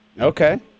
Okay